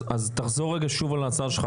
תחזור שוב על ההצעה שלך,